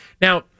Now